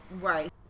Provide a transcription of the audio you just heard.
Right